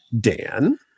Dan